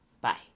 Bye